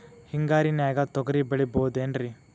ಹಿಂಗಾರಿನ್ಯಾಗ ತೊಗ್ರಿ ಬೆಳಿಬೊದೇನ್ರೇ?